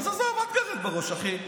אז עזוב, אל תגרד בראש, אחי,